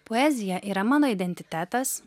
poezija yra mano identitetas